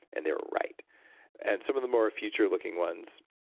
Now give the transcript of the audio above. and they were right and some of the more future looking ones,